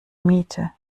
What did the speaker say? miete